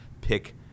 pick